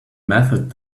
method